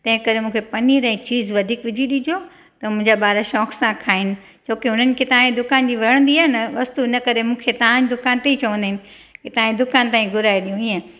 तंहिंकरे मूंखे पनीर ऐं चीज़ वधीक विझी ॾिजो त मुंहिंजा ॿार शौंक़ सां खाइनि छो की हुननि खे तव्हांजे दुकान जी वणंदी आहे न वस्तु इनकरे मूंखे तव्हांजे दुकान ते ई चवंदा आहिनि की तव्हांजे दुकान तां ई घुराए ॾियूं ईअं